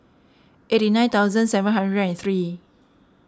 eighty nine thousand seven hundred and three